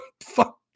fuck